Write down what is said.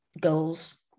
goals